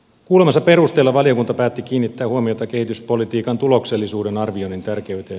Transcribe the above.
kuulemansa perusteella valiokunta päätti kiinnittää huomiota kehityspolitiikan tuloksellisuuden arvioinnin tärkeyteen